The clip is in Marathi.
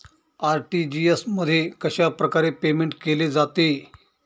आर.टी.जी.एस मध्ये कशाप्रकारे पेमेंट केले जाते?